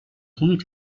heat